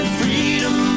freedom